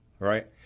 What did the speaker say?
Right